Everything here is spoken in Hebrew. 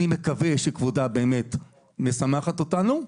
אני מקווה שכבודה באמת משמחת אותנו,